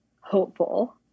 hopeful